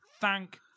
thank